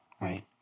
Right